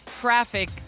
traffic